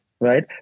right